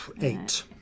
Eight